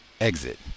exit